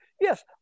Yes